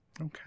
okay